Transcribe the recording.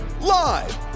live